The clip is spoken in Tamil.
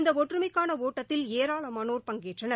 இந்த ஒற்றுமைக்கான ஒட்டத்தில் ஏராளமானோர் பங்கேற்றனர்